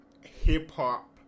hip-hop